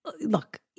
Look-